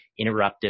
interruptive